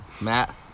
Matt